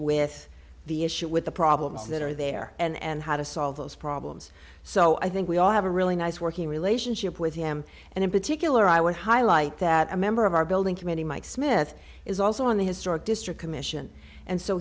with the issue with the problems that are there and how to solve those problems so i think we all have a really nice working relationship with him and in particular i would highlight that a member of our building committee mike smith is also on the historic district commission and so